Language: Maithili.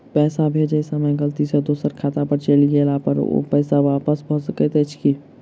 पैसा भेजय समय गलती सँ दोसर खाता पर चलि गेला पर ओ पैसा वापस भऽ सकैत अछि की?